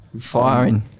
Firing